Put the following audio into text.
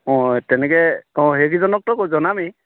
অঁ তেনেকৈ অঁ সেইকেইজনকতো জনামেই